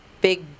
big